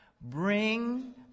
bring